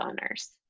owners